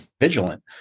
vigilant